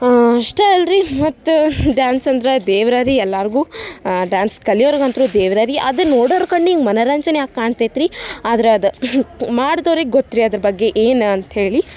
ಇಷ್ಟೇ ಅಲ್ಲ ರಿ ಮತ್ತೆ ಡ್ಯಾನ್ಸ್ ಅಂದ್ರೆ ದೇವ್ರೇ ರೀ ಎಲ್ಲರ್ಗೂ ಡ್ಯಾನ್ಸ್ ಕಲಿಯೋರ್ಗಂತೂ ದೇವ್ರೇ ರೀ ಅದು ನೋಡೋರ ಕಣ್ಣಿಗೆ ಮನರಂಜನೆ ಆಗಿ ಕಾಣ್ತೈತೆ ರಿ ಆದ್ರೆ ಅದು ಮಾಡ್ದೋರಿಗೆ ಗೊತ್ತು ರಿ ಅದ್ರ ಬಗ್ಗೆ ಏನು ಅಂತ ಹೇಳಿ